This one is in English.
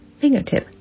fingertip